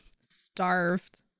starved